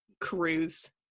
cruise